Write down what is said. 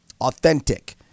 Authentic